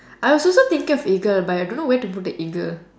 I was also thinking of eagle but I don't know where to put the eagle